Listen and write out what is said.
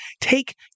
take